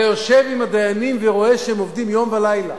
אתה יושב עם הדיינים ורואה שהם עובדים יום ולילה